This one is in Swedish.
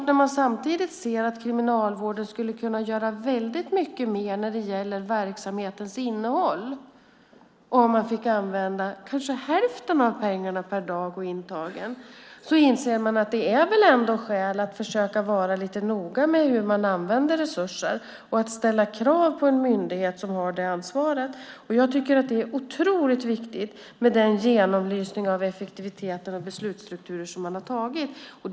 När man samtidigt ser att Kriminalvården skulle kunna göra mycket mer när det gäller verksamhetens innehåll om de fick använda kanske hälften av pengarna per dag och intagen inser man att det kanske ändå finns skäl att vara lite noga med hur resurserna används. Man ska ställa krav på en myndighet som har detta ansvar. Jag tycker att det är otroligt viktigt med den genomlysning av effektivitet och beslutsstrukturer som man har gjort.